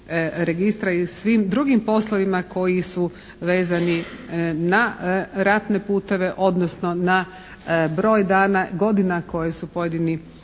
registra i svim drugim poslovima koji su vezani na ratne puteve odnosno na broj dana, godina koje su pojedini